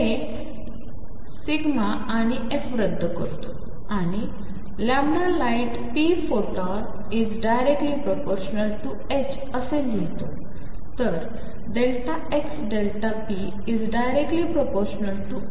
हेaआणिfरद्दकरतोआणिlightpphoton∼h तर ΔxΔp∼h